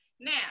now